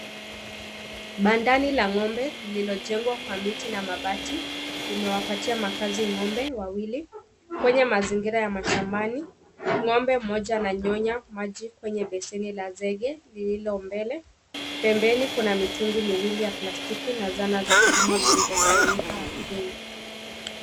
Bandani la ng'ombe lililojengwa kwa miti na mabati, limewapatia makaazi ng'ombe wawili. Kwenye mazingira ya mashambani ng'ombe mmoja ananyonya maji kwenye beseni la zege lililo mbele. Pembeni kuna mitungi miwili ya plastiki na zana za kilimo zilizotawanyika ardhini.